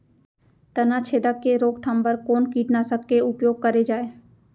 तनाछेदक के रोकथाम बर कोन कीटनाशक के उपयोग करे जाये?